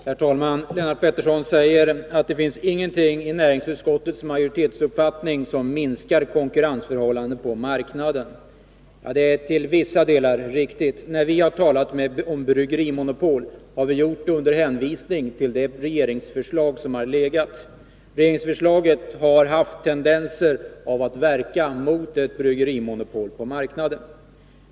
Herr talman! Lennart Pettersson säger att det inte finns någonting i näringsutskottets majoritetsuppfattning som minskar konkurrensförhållandena på marknaden. Det är till vissa delar riktigt. När vi har talat om bryggerimonopol har vi gjort det under hänvisning till det regeringsförslag som har framlagts. Regeringsförslaget har haft tendenser att verka i riktning mot ett bryggerimonopol på marknaden.